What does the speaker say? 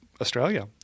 Australia